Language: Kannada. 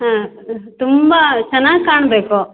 ಹಾಂ ತುಂಬ ಚೆನ್ನಾಗಿ ಕಾಣಬೇಕು